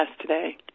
today